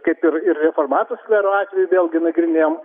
kaip ir ir reformatų skvero atveju vėlgi nagrinėjom